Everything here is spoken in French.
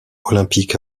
olympique